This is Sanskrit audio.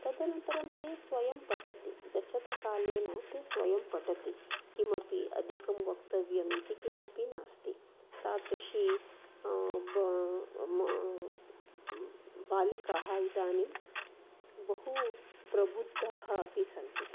तदनन्तरं ते स्वयं पठन्ति गच्छता कालेन ते स्वयं पठन्ति किमपि अधिकं वक्तव्यम् इति किमपि नास्ति तादृशी बालिकाः इदानीं बहु प्रबुद्धाः अपि सन्ति